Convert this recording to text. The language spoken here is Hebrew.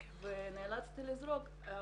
נאלצתי לזרוק את החלב.